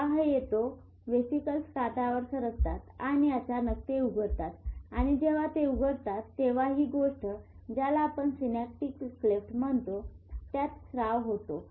प्रवाह येतो vesicles काठावर सरकतात आणि अचानक ते उघडतात आणि जेव्हा ते उघडतात तेव्हा ही गोष्ट ज्याला आपण सिनॅप्टिक क्लेफ्ट म्हणतो त्यात स्राव होतो